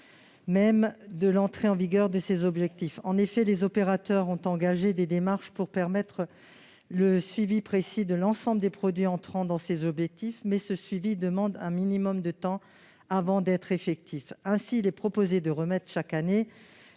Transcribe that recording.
même de l'entrée en vigueur de ces objectifs. Les opérateurs ont engagé des démarches pour permettre le suivi précis de l'ensemble des produits entrant dans ces objectifs, mais ce suivi demande du temps avant d'être opérationnel. Il est aussi proposé de remettre chaque année